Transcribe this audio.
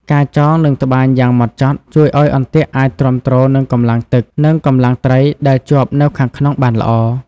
ការចង និងត្បាញយ៉ាងហ្មត់ចត់ ជួយឲ្យអន្ទាក់អាចទ្រាំទ្រនឹងកម្លាំងទឹក និងកម្លាំងត្រីដែលជាប់នៅខាងក្នុងបានល្អ។